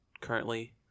Currently